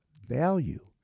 value